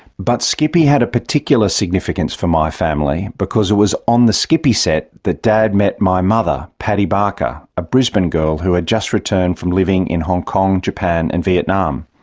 but skippy had a particular significance for my family, because it was on the skippy set that dad met my mother, paddy barker a brisbane girl who had just returned from living in hong kong, japan and vietnam.